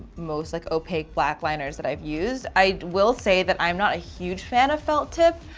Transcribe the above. most like opaque black liners that i've used. i will say that i'm not a huge fan of felt-tip.